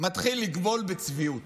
מתחיל לגבול בצביעות.